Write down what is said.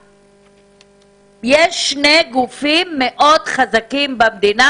יש שני גופים מאוד חזקים במדינה